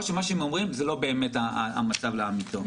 שמה שהם אומרים זה לא באמת המצב לאמיתו.